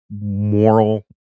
moral